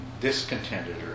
discontented